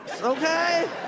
okay